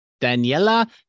Daniela